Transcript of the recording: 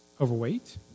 overweight